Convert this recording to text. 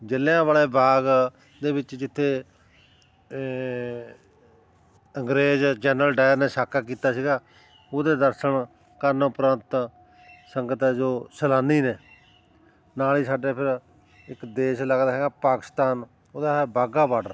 ਜਲਿਆਂ ਵਾਲੇ ਬਾਗ ਦੇ ਵਿੱਚ ਜਿੱਥੇ ਅੰਗਰੇਜ਼ ਜਰਨਲ ਡਾਇਰ ਨੇ ਸਾਕਾ ਕੀਤਾ ਸੀਗਾ ਉਹਦੇ ਦਰਸ਼ਨ ਕਰਨ ਉਪਰੰਤ ਸੰਗਤ ਹੈ ਜੋ ਸੈਲਾਨੀ ਨੇ ਨਾਲ ਹੀ ਸਾਡੇ ਫਿਰ ਇੱਕ ਦੇਸ਼ ਲੱਗਦਾ ਹੈਗਾ ਪਾਕਿਸਤਾਨ ਉਹਦਾ ਹੈ ਵਾਹਗਾ ਬੋਡਰ